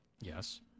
Yes